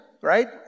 right